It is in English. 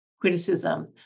criticism